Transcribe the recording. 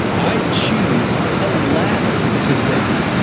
i choose to laugh today.